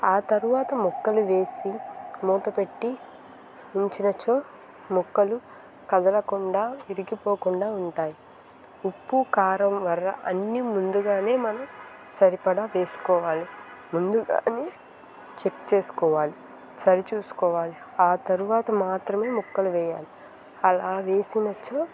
ఆ తరువాత ముక్కలు వేసి మూత పెట్టి ఉంచినచో ముక్కలు కదలకుండా విరిగిపోకుండా ఉంటాయి ఉప్పు కారం వర అన్ని ముందుగానే మనం సరిపడా వేసుకోవాలి ముందుగానే చెక్ చేసుకోవాలి సరిచూసుకోవాలి ఆ తర్వాత మాత్రమే ముక్కలు వేయాలి అలా వేసినచో